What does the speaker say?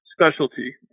Specialty